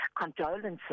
Condolences